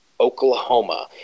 Oklahoma